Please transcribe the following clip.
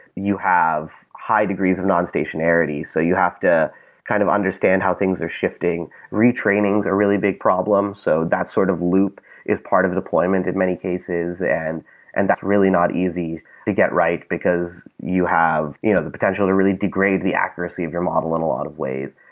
you have high degrees of non-stationary. so you have to kind of understand how things are shifting. retrainings are really big problems. so that sort of loop is part of the deployment in many cases and and that's really not easy to get right, because you have you know the potential to really degrade the accuracy of your model in a lot of ways.